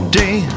day